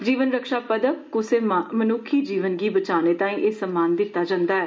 जीवन रक्षा कुसै मनुक्खी जीवन गी बचाने ताईं एह् सम्मान दिता जन्दा ऐ